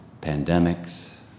pandemics